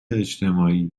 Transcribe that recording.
اجتماعی